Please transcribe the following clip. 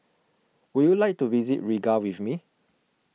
would you like to visit Riga with me